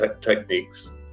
techniques